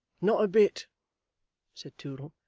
not a bit said toodle.